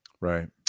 Right